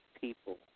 people